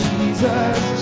Jesus